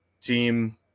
team